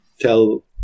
tell